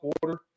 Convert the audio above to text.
quarter